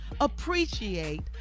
appreciate